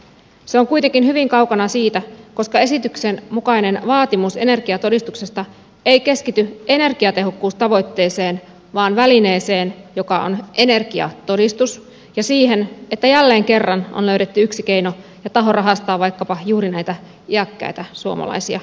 se on kuitenkin hyvin kaukana siitä koska esityksen mukainen vaatimus energiatodistuksesta ei keskity energiatehokkuustavoitteeseen vaan välineeseen joka on energiatodistus ja siihen että jälleen kerran on löydetty yksi keino ja taho rahastaa vaikkapa juuri näitä iäkkäitä suomalaisia ihmisiä